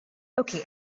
okay